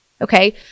Okay